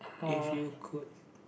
if you could